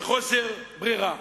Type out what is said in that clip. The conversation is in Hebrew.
בחוסר ברירה.